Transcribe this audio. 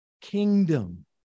kingdom